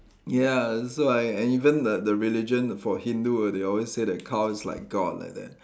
ya so I and even the the religion for Hindu they always say that cow is like God like that